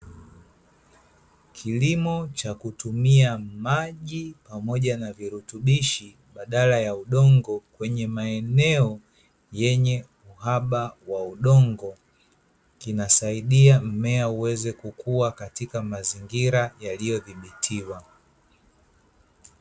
Kilimo cha kutumia maji pamoja na virutubisho badala ya udongo kwenye maeneo yenye uhaba wa udongo, kinasaidia mmea uweze kukuwa katika mazingira yaliyodhibitiwa.